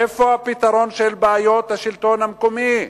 איפה הפתרון של בעיות השלטון המקומי?